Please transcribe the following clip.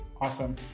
Awesome